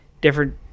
different